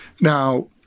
Now